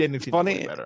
Funny